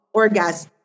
orgasm